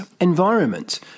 environment